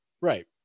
Right